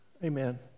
Amen